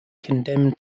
condemned